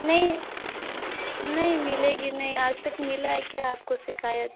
नहीं नहीं मिलेगी नहीं आज तक मिला है क्या आपको शिकायत